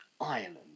Ireland